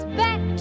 back